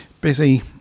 busy